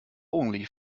only